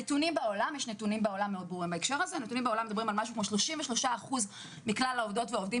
הנתונים בעולם ברורים מאוד בהקשר הזה: כ-33% מכלל העובדות והעובדים